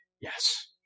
Yes